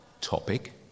topic